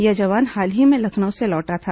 यह जवान हाल ही में लखनऊ से लौटा था